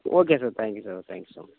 okay sir thank you sir thank you so much